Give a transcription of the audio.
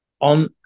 on